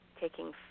taking